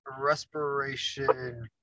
Respiration